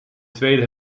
tweede